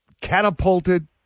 catapulted